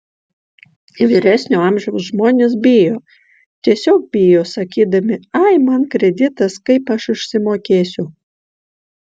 vyresnio amžiaus žmonės bijo tiesiog bijo sakydami ai man kreditas kaip aš išsimokėsiu